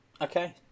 okay